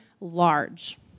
large